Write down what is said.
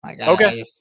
Okay